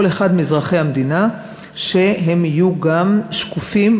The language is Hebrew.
אחד מאזרחי המדינה שהם יהיו גם שקופים,